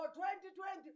2020